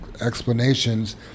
explanations